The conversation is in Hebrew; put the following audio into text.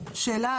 השאלה,